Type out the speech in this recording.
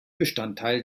bestandteil